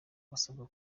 basabwa